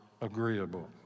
agreeable